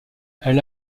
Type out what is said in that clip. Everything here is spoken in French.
elle